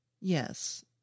Yes